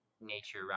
nature